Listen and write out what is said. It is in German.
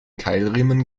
keilriemen